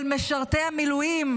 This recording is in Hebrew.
של משרתי המילואים.